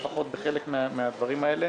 לפחות בחלק מן הדברים האלה